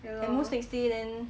the most next day then